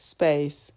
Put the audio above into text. Space